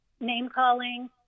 name-calling